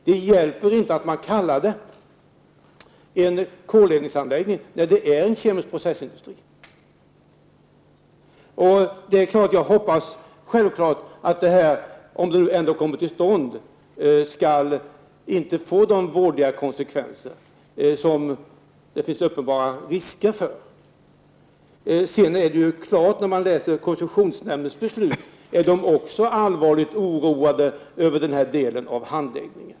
Det hjälper inte att kalla anläggningen en koleldad anläggning, när den är en kemisk processindustri. Jag hoppas självfallet att denna anläggning, om den ändå kommer till stånd, inte skall få de vådliga konsekvenser som det finns uppenbara risker för. Av koncessionsnämndens beslut framgår att nämnden är allvarligt oroad över denna del av handläggningen.